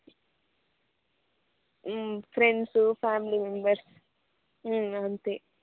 friends family members అంతే